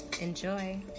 enjoy